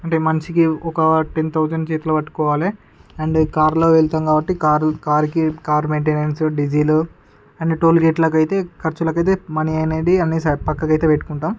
అంటే మంచికి ఒక టెన్ థౌసండ్ చేతిలో పట్టుకోవాలి అండ్ కారులో వెళతాం కాబట్టి కారుకి కారు మెయింటైన్స్కి కార్ డీజిల్ అండ్ టోల్ గేట్లకి అయితే ఖర్చులకి అయితే మనీ అనేది అనేసి పక్కకి అయితే పెట్టుకుంటాం